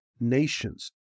nations